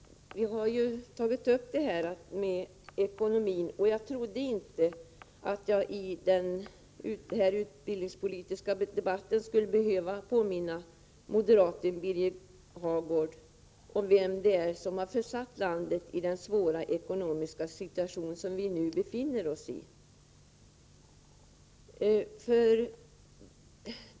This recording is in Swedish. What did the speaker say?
Vi har ju tagit upp frågan om ekonomin, och jag trodde inte att jag i denna utbildningspolitiska debatt skulle behöva påminna moderaten Birger Hagård om vem det är som har försatt landet i den svåra ekonomiska situation som vi nu befinner ossi.